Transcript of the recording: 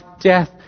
death